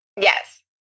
Yes